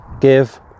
give